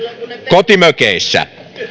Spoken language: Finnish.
kotimökeissä